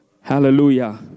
Hallelujah